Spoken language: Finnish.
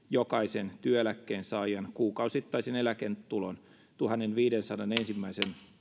jokaisen työeläkkeensaajan kuukausittaisen eläketulon tuhannenviidensadan ensimmäisen